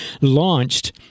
launched